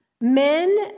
men